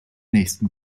nächsten